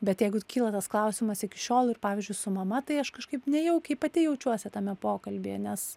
bet jeigu ir kyla tas klausimas iki šiol ir pavyzdžiui su mama tai aš kažkaip nejaukiai pati jaučiuosi tame pokalbyje nes